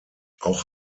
auch